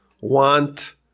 want